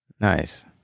Nice